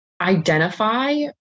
Identify